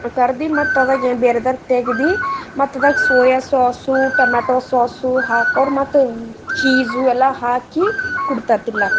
ಕರ್ದು ಮತ್ತದಾಗ ಏನು ಬೇರೆದಾಗ ತೆಗ್ದು ಮತ್ತದಾಗ ಸೋಯಾ ಸಾಸು ಟಮೆಟೊ ಸಾಸು ಹಾಕೊರು ಮತ್ತು ಚೀಸು ಎಲ್ಲಾ ಹಾಕಿ ಕೊಡ್ತಾರ್ ತಿನ್ಲಾಕ